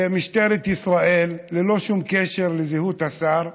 שמשטרת ישראל, ללא שום קשר לזהות השר,